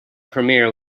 premiere